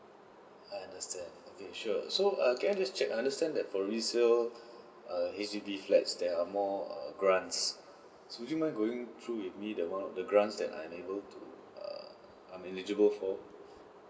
I understand okay sure so err can I just check I understand that for resale err H_D_B flats there are more err grants do you mind going through with me the one err the grants that I'm able to err I am eligible for